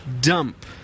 dump